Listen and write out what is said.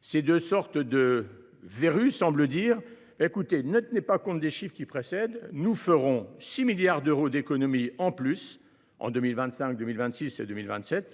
ces deux sortes de « verrues » semblent dire :« Ne tenez pas compte des chiffres qui précèdent, nous ferons 6 milliards d’euros d’économies de plus en 2025, 2026 et 2027